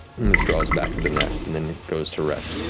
and withdraws back to the nest and then it goes to rest.